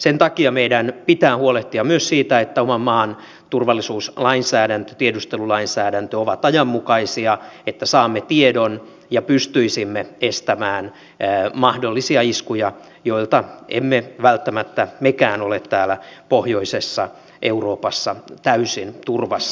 sen takia meidän pitää huolehtia myös siitä että oman maan turvallisuuslainsäädäntö ja tiedustelulainsäädäntö ovat ajanmukaisia että saisimme tiedon ja pystyisimme estämään mahdollisia iskuja joilta emme välttämättä mekään ole täällä pohjoisessa euroopassa täysin turvassa